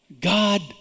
God